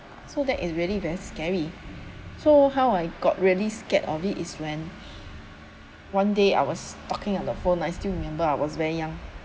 so that it really very scary so how I got really scared of it is when one day I was talking on the phone I still remember I was very young